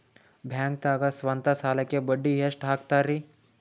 ಬ್ಯಾಂಕ್ದಾಗ ಸ್ವಂತ ಸಾಲಕ್ಕೆ ಬಡ್ಡಿ ಎಷ್ಟ್ ಹಕ್ತಾರಿ?